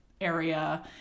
area